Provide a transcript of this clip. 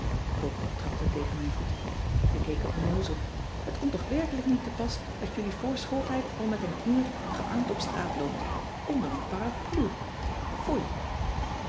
pop trapte tegen mijn voet we keken onnoozel het komt toch werkelijk niet te pas dat jullie voor schooltijd al met een heer gearmd op straat loopt onder een parapluie foei